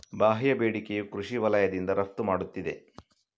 ಬಾಹ್ಯ ಬೇಡಿಕೆಯು ಕೃಷಿ ವಲಯದಿಂದ ರಫ್ತು ಮಾಡುತ್ತಿದೆ